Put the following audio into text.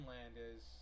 Landis